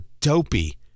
dopey